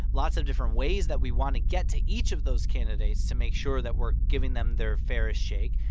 lots of different ways that we want to get to each of those candidates to make sure that we're giving them their fairest shake.